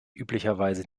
üblicherweise